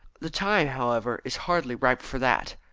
the time, however, is hardly ripe for that.